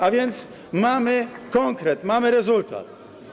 A więc mamy konkret, mamy rezultat.